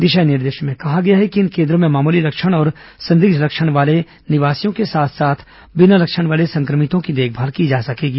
दिशा निर्देशों में कहा गया है कि इन केन्द्रों में मामूली लक्षण और संदिग्ध लक्षण वाले निवासियों के साथ साथ बिना लक्षण वाले संक्रमितों की देखभाल की जा सकेगी